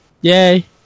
yay